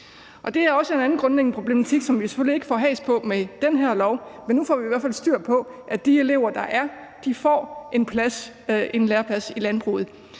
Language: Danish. Det er også en anden grundlæggende problematik, som vi selvfølgelig ikke får has på med det her lovforslag, men nu får vi i hvert fald styr på, at de elever, der er, får en læreplads i landbruget.